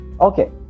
okay